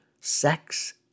sex